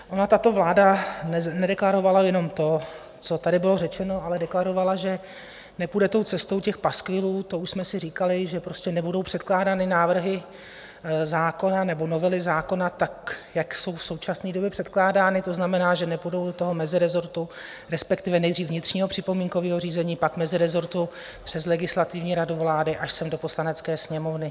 Ona tato vláda nedeklarovala jenom to, co tady bylo řečeno, ale deklarovala, že nepůjde cestou paskvilů to už jsme si říkali, že prostě nebudou předkládány návrhy zákona nebo novely zákona tak, jak jsou v současné době předkládány, to znamená, že nepůjdou do mezirezortu, respektive nejdřív vnitřního připomínkového řízení, pak mezirezortu, přes Legislativní radu vlády až sem do Poslanecké sněmovny.